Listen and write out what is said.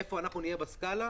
איפה אנחנו נהיה בסקאלה?